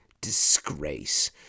disgrace